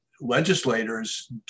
legislators